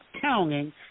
counting